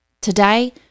Today